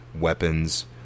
weapons